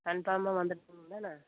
கன்ஃபார்மா வந்துரும் தானே